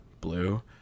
blue